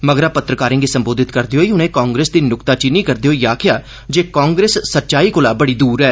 मगरा पत्रकारें गी संबोधत करदे होई उनें कांग्रेस दी नुक्ताचीनी करदे होई आक्खेआ जे कांग्रेस सच्चाई कोला बड़ी दूर ऐ